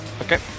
Okay